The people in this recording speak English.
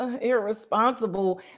irresponsible